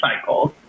cycles